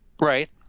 right